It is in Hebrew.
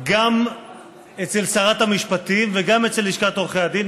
גם אצל שרת המשפטים וגם אצל לשכת עורכי הדין,